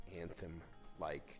anthem-like